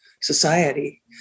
society